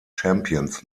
champions